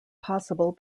possible